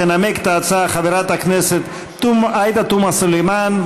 תנמק את ההצעה חברת הכנסת עאידה תומא סלימאן,